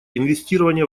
инвестирование